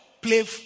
play